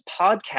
Podcast